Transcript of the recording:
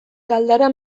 galdara